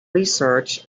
research